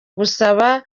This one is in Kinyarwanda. gusaba